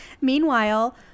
meanwhile